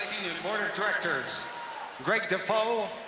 board of directors greg defoe.